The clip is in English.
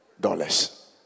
dollars